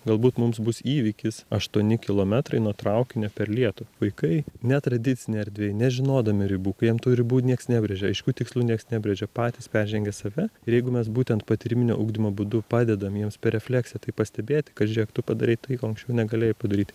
galbūt mums bus įvykis aštuoni kilometrai nuo traukinio per lietų vaikai netradicinėj erdvėj nežinodami ribų kai jiem tų ribų nieks nebrėžia aiškių tikslų nieks nebrėžia patys peržengia save ir jeigu mes būtent patyriminio ugdymo būdu padedam jiems per refleksiją tai pastebėti kad žiūrėk tu padarei tai ko anksčiau negalėjai padaryti